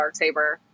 Darksaber